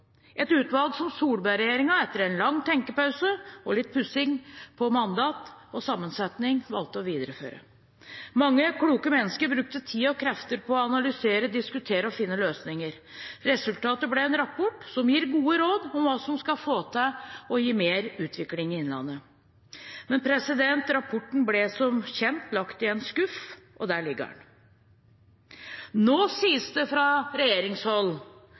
et innlandsutvalg, et utvalg som Solberg-regjeringen, etter en lang tenkepause og litt pussing på mandat og sammensetning, valgte å videreføre. Mange kloke mennesker brukte tid og krefter på å analysere, diskutere og finne løsninger. Resultatet ble en rapport som gir gode råd om hva som skal gi mer utvikling i innlandet. Men rapporten ble som kjent lagt i en skuff, og der ligger den. Nå sies det fra regjeringshold